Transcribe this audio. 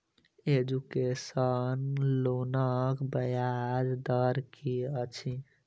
Education लोनक ब्याज दर की अछि?